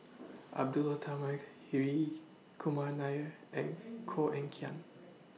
Abdullah Tarmugi Hri Kumar Nair and Koh Eng Kian